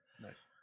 Nice